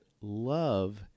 love